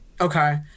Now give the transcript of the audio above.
Okay